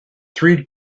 three